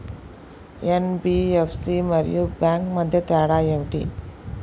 NBFC మరియు bank మధ్య తేడా ఏమిటీ?